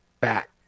back